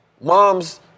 Moms